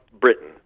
Britain